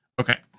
Okay